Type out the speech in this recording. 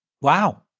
Wow